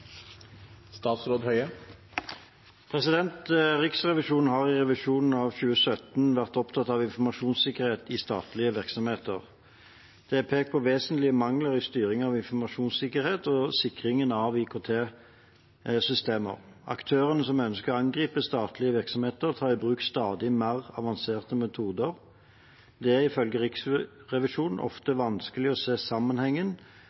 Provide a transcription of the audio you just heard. pekt på vesentlige mangler i styringen av informasjonssikkerhet og sikringen av IKT-systemer. Aktører som ønsker å angripe statlige virksomheter, tar i bruk stadig mer avanserte metoder. Det er, ifølge Riksrevisjonen, ofte vanskelig å se sammenhengen